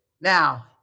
Now